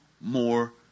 more